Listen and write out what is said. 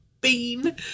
bean